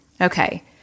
Okay